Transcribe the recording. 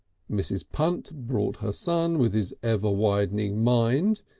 mrs. punt brought her son with his ever-widening mind,